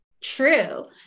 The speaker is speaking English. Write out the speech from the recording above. true